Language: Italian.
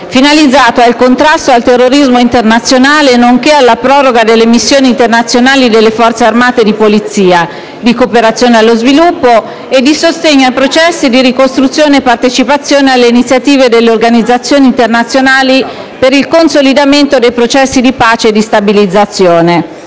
finalizzato al contrasto al terrorismo internazionale, nonché alla proroga delle missioni internazionali delle Forze armate e di polizia, di cooperazione allo sviluppo e al sostegno ai processi di ricostruzione e di partecipazione alle iniziative delle organizzazioni internazionali per il consolidamento dei processi di pace e di stabilizzazione.